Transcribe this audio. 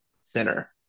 center